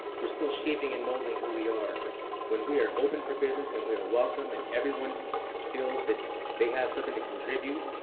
we're still shaping and molding who we are. but when we are open for business and we are welcome and everyone feels that they have something to contribute,